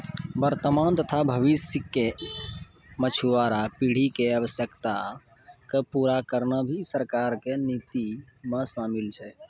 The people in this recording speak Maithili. वर्तमान तथा भविष्य के मछुआरा पीढ़ी के आवश्यकता क पूरा करना भी सरकार के नीति मॅ शामिल छै